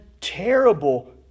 terrible